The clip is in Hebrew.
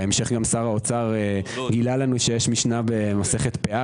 בהמשך גם שר האוצר גילה לנו שיש משנה במסכת פאה